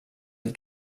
ett